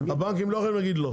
הבנקים לא יכולים להגיד לא.